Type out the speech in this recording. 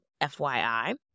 FYI